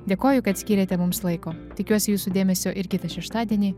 dėkoju kad skyrėte mums laiko tikiuosi jūsų dėmesio ir kitą šeštadienį